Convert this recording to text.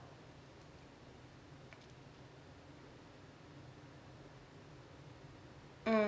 mm